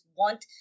want